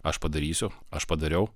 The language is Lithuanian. aš padarysiu aš padariau